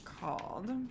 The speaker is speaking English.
called